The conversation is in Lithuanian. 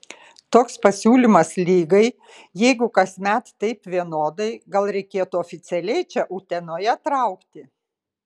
toks pasiūlymas lygai jeigu kasmet taip vienodai gal reikėtų oficialiai čia utenoje traukti